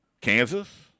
Kansas